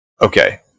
Okay